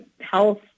health